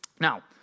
Now